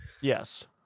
Yes